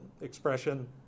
expression